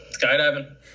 skydiving